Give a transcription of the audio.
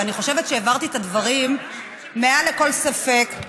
ואני חושבת שהבהרתי את הדברים מעל לכל ספק,